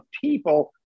people